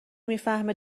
میفهمه